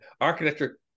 architecture